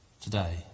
today